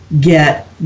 get